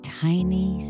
tiny